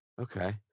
Okay